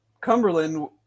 Cumberland